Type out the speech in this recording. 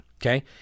okay